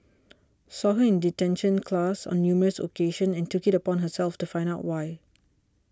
saw her in detention class on numerous occasions and took it upon herself to find out why